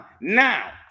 Now